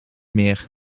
meer